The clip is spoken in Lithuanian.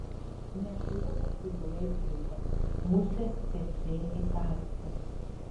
nešuliniai gyvuliai krito musės cėcė įkąsti